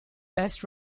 best